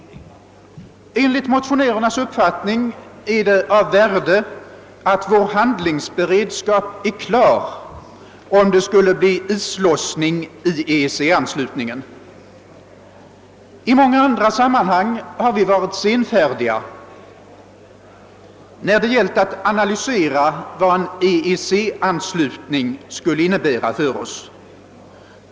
Enligt motionärernas uppfattning är det av värde, att vår handlingsberedskap är klar om det skulle bli islossning i EEC-anslutningen. I många andra sam manhang har vi varit senfärdiga när det gällt att analysera vad en EEC-anslutning skulle kräva av oss.